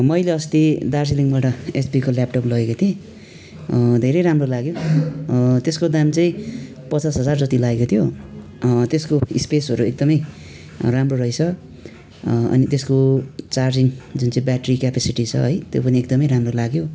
मैले अस्ति दार्जिलिङबाट एचपीको ल्यापटप लगेको थिएँ धेरै राम्रो लाग्यो त्यसको दाम चाहिँ पचास हजार जति लागेको थियो त्यसको स्पेसहरू एकदमै राम्रो रहेछ अनि त्यसको चार्जिङ जुन चाहिँ ब्याट्री क्यापासिटी छ है त्यो पनि एकदमै राम्रो लाग्यो